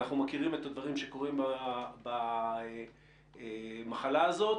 אנחנו מכירים את הדברים שקורים במחלה הזאת,